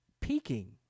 peaking